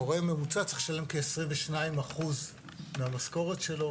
הורה מרוצה צריך לשלם כ-22% מהמשכורת שלו,